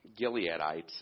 Gileadites